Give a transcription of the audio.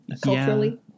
culturally